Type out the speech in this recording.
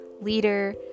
leader